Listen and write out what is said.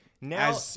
Now